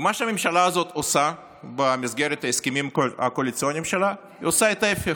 ומה שהממשלה הזאת עושה במסגרת ההסכמים הקואליציוניים שלה הוא ההפך: